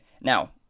now